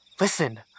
Listen